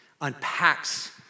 unpacks